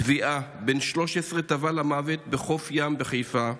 טביעה, בן 13 טבע למוות בחוף ים בחיפה,